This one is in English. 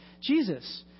Jesus